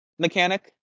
Mechanic